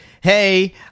hey